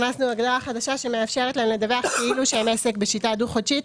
הכנסנו הגדרה חדשה שמאפשרת להם לדווח כאילו שהם עסק בשיטה דו-חודשית,